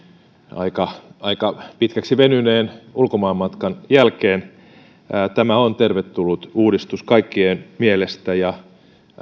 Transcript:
aika aika pitkäksi venyneen ulkomaanmatkan jälkeen tämä on tervetullut uudistus kaikkien mielestä ja